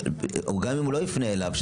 גם אם הוא לא יפנה אליו,